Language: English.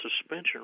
suspension